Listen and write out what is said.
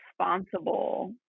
responsible